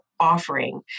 Offering